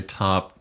top